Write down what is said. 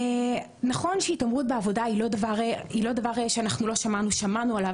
נכון שהתעמרות בעבודה היא לא דבר שאנחנו לא שמענו עליו